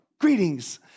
Greetings